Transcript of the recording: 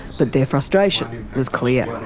but their frustration was clear.